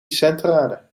centrale